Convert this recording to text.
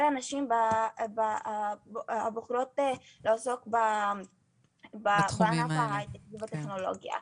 הנשים הבוחרות לעסוק בענף ההייטק והטכנולוגיה.